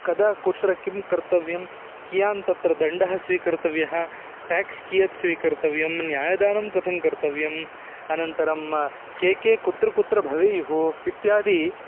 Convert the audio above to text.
कदा कुत्र किं कर्तव्यं कियान् तत्र दण्डः स्वीकर्तव्यः टेक्स् कियत् स्वीकर्तव्यं न्यायदानं कथं कर्तव्यम् अनन्तरं के के कुत्र कुत्र भवेयुः इत्यादि